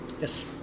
Yes